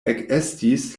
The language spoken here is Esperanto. ekestis